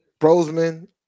Brosman